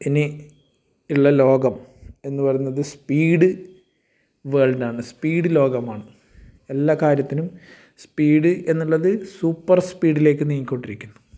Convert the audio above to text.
ഇനി ഉള്ള ലോകം എന്ന് പറയുന്നത് സ്പീഡ് വേൾഡ് ആണ് സ്പീഡ് ലോകം ആണ് എല്ലാ കാര്യത്തിനും സ്പീഡ് എന്നുള്ളത് സൂപ്പർ സ്പീഡിലേക്ക് നീങ്ങിക്കൊണ്ടിരിക്കുന്നു